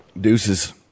Deuces